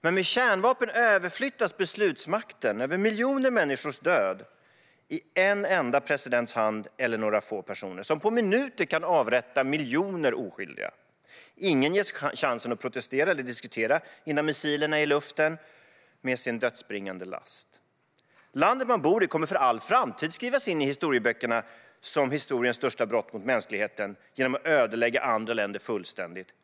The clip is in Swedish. Men med kärnvapen överflyttas beslutsmakten över miljoner människors död till en enda presidents hand eller till några få personer, som på minuter kan avrätta miljoner oskyldiga. Ingen ges chansen att protestera eller diskutera innan missilerna är i luften med sin dödsbringande last. Landet man bor i kommer för all framtid att skrivas in i historieböckerna som skyldigt till historiens största brott mot mänskligheten genom fullständig ödeläggelse av andra länder.